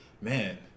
man